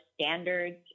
standards